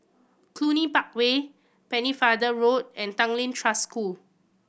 Cluny Park Way Pennefather Road and Tanglin Trust School